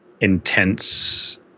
intense